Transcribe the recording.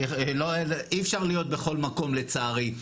אי אפשר להיות בכל מקום, לצערי.